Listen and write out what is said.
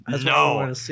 no